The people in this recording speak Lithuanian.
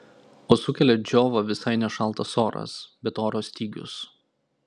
o sukelia džiovą visai ne šaltas oras bet oro stygius